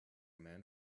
men